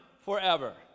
forever